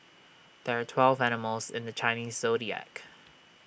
there are twelve animals in the Chinese Zodiac